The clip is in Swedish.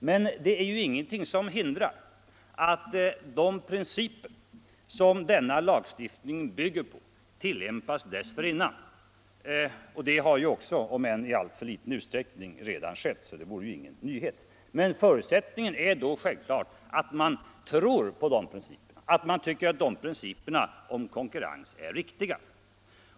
Men det är ju ingenting som hindrar att de principer som denna lagstiftning bygger på tillämpas dessförinnan. Men förutsättningen är då självfallet att man anser att principen om konkurrens är riktig.